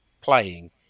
playing